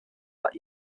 that